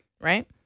right